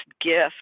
gift